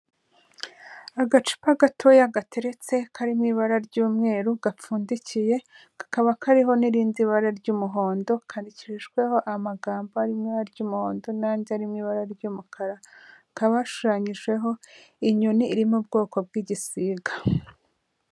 Agacupa gatoya gateretse kari mu ibara ry'umweru gapfundikiye, kakaba kariho nirindi bara ry'umuhondo, kandikishijweho amagambo ari mu ibara ry'umuhondo n'andi ari mu ibara ry'umukara, kakaba gashushanyijeho inyoni iri mu bwoko bw'igisiga.